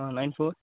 ah nine four